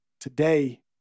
Today